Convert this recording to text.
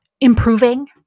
improving